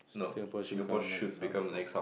Singapore should become a